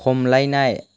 खमलायनाय